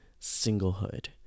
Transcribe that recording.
singlehood